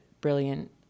brilliant